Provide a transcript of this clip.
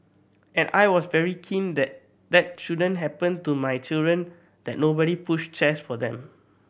and I was very keen that that shouldn't happen to my children that nobody pushed chairs for them